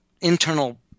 internal